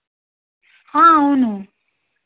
అవును